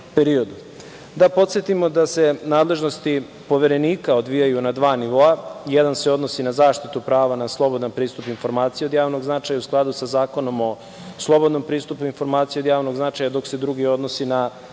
potsetimo da se nadležnosti Poverenika odvijaju na dva nivoa. Jedan se odnosi na zaštitu prava na slobodan pristup informacijama od javnog značaja, u skladu sa Zakonom o slobodnom pristupu informacijama od javnog značaja, dok se drugi odnosi na zaštitu podataka o ličnosti i nadzor nad